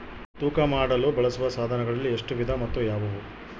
ತೂಕ ಮಾಡಲು ಬಳಸುವ ಸಾಧನಗಳಲ್ಲಿ ಎಷ್ಟು ವಿಧ ಮತ್ತು ಯಾವುವು?